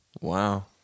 Wow